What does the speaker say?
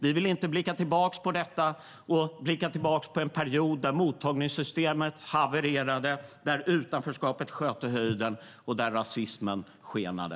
Vi vill inte blicka tillbaka på detta och se tillbaka på en period där mottagningssystemet havererade, där utanförskapet sköt i höjden och där rasismen skenade.